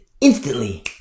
instantly